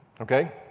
Okay